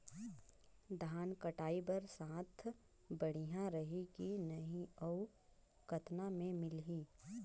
धान कटाई बर साथ बढ़िया रही की नहीं अउ कतना मे मिलही?